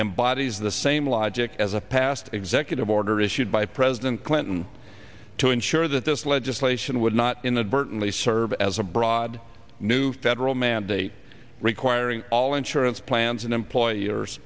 embodies the same logic as a past executive order issued by president clinton to ensure that this legislation would not inadvertently serve as a broad new federal mandate requiring all insurance plans and employers